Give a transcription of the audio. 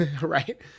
Right